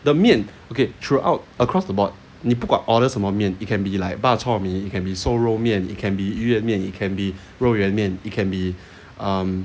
的面 okay throughout across the board 你不管 order 什么面 it can be like bak chor mee it can be 瘦肉面 it can be 鱼圆面 it can be 肉圆面 it can be um